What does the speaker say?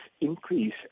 increase